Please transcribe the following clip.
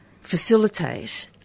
facilitate